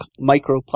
microplastic